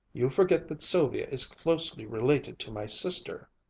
you forget that sylvia is closely related to my sister.